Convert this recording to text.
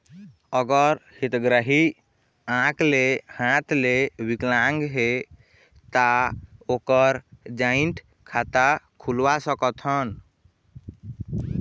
अगर हितग्राही आंख ले हाथ ले विकलांग हे ता ओकर जॉइंट खाता खुलवा सकथन?